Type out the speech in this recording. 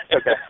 Okay